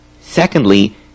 Secondly